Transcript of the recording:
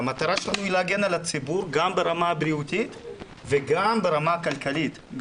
והמטרה שלנו היא להגן על הציבור גם ברמה הבריאותית וגם ברמה הכלכלית.